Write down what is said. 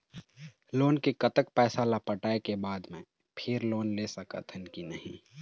Loan के कतक पैसा ला पटाए के बाद मैं फिर लोन ले सकथन कि नहीं?